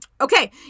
Okay